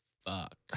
fuck